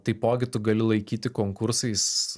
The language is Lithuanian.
taipogi tu gali laikyti konkursais